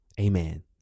amen